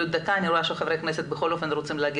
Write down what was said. רואה שחברי הכנסת רוצים בכל זאת לומר